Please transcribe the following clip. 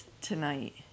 tonight